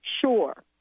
sure